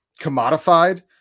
commodified